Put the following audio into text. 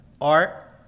art